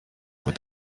with